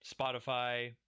Spotify